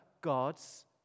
God's